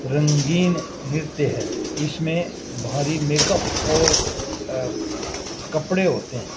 رنگین نرتیہ ہے اس میں بھاری میک اپ اور کپڑے ہوتے ہیں